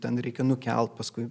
ten reikia nukelt paskui